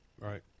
Right